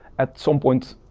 at some points,